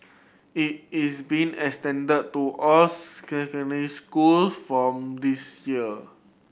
it is being extended to all secondary schools from this year